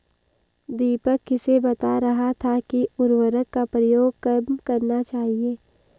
दीपक किसे बता रहा था कि उर्वरक का प्रयोग कम करना चाहिए?